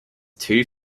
two